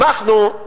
אנחנו,